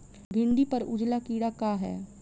भिंडी पर उजला कीड़ा का है?